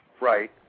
right